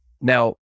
Now